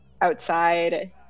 outside